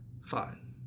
Fine